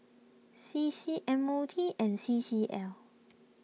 C C M O T and C C L